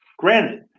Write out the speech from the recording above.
Granted